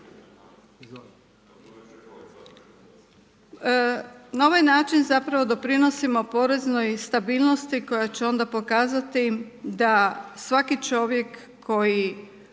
Na ovaj način zapravo doprinosimo poreznoj stabilnosti koji će onda pokazati da svaki čovjek koji